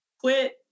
quit